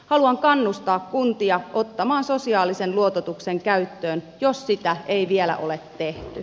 haluan kannustaa kuntia ottamaan sosiaalisen luototuksen käyttöön jos sitä ei vielä ole tehty